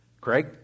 Craig